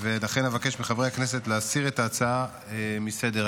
ולכן אבקש מחברי הכנסת להסיר את ההצעה מסדר-היום.